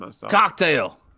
Cocktail